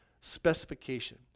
specification